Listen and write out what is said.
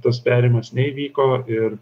tas perėjimas neįvyko ir